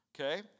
okay